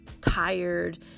tired